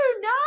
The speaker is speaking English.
no